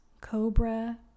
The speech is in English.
cobra